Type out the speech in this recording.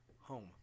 Home